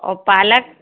और पालक